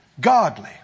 Godly